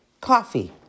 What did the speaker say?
coffee